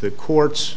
the courts